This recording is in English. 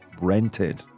rented